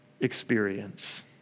experience